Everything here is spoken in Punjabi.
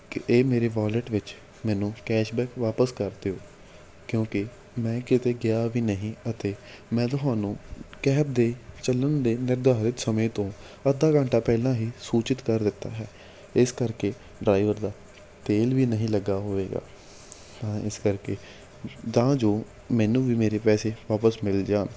ਇਹ ਮੇਰੇ ਵੋਲਟ ਵਿੱਚ ਮੈਨੂੰ ਕੈਸ਼ਬੈਕ ਵਾਪਸ ਕਰ ਦਿਓ ਕਿਉਂਕਿ ਮੈਂ ਕਿਤੇ ਗਿਆ ਵੀ ਨਹੀਂ ਅਤੇ ਮੈਂ ਤੁਹਾਨੂੰ ਕੈਬ ਦੇ ਚੱਲਣ ਦੇ ਨਿਰਧਾਰਤ ਸਮੇਂ ਤੋਂ ਅੱਧਾ ਘੰਟਾ ਪਹਿਲਾਂ ਹੀ ਸੂਚਿਤ ਕਰ ਦਿੱਤਾ ਹੈ ਇਸ ਕਰਕੇ ਡਰਾਈਵਰ ਦਾ ਤੇਲ ਵੀ ਨਹੀਂ ਲੱਗਾ ਹੋਵੇਗਾ ਤਾਂ ਇਸ ਕਰਕੇ ਤਾਂ ਜੋ ਮੈਨੂੰ ਵੀ ਮੇਰੇ ਪੈਸੇ ਵਾਪਸ ਮਿਲ ਜਾਣ